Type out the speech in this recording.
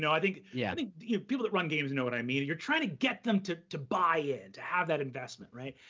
i think yeah think you know people that run games know what i mean. you're trying to get them to to buy in, to have that investment, right?